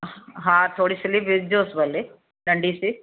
हा थोरी स्लीव विझोसि भले नंढीसीं